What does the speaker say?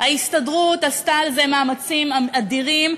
ההסתדרות עשתה על זה מאמצים אדירים,